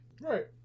right